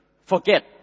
forget